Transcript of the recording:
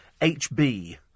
HB